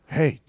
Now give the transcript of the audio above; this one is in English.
Hey